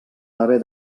haver